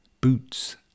boots